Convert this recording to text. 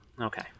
Okay